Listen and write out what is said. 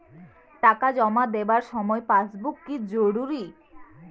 টাকা জমা দেবার সময় পাসবুক কি জরুরি?